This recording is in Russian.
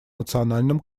национальном